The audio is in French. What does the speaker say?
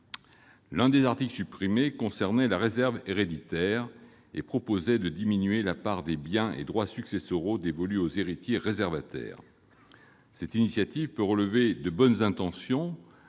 L'un des articles supprimés concernait la réserve héréditaire ; il conduisait à diminuer la part des biens et droits successoraux dévolue aux héritiers réservataires. Cette initiative peut traduire de bonnes intentions